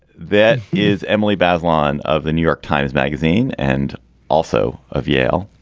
that is emily bazelon of the new york times magazine and also of yale,